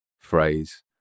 phrase